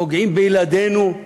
פוגעים בילדינו.